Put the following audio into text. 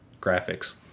graphics